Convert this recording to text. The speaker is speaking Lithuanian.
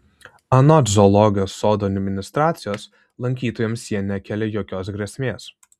anot zoologijos sodo administracijos lankytojams jie nekelia jokios grėsmės